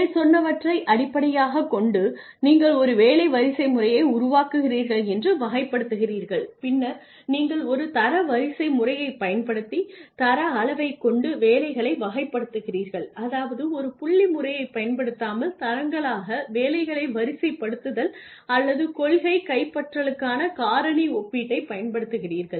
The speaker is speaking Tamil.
மேற்சொன்னவற்றை அடிப்படையாகக் கொண்டு நீங்கள் ஒரு வேலை வரிசை முறையை உருவாக்குகிறீர்கள் என்று வகைப்படுத்துகிறீர்கள் பின்னர் நீங்கள் ஒரு தரவரிசை முறையைப் பயன்படுத்தித் தர அளவைக் கொண்டு வேலைகளை வகைப்படுத்துகிறீர்கள் அதாவது ஒரு புள்ளி முறையைப் பயன்படுத்தாமல் தரங்களாக வேலைகளை வரிசைப்படுத்துதல் அல்லது கொள்கை கைப்பற்றலுக்கான காரணி ஒப்பீட்டைப் பயன்படுத்துகிறீர்கள்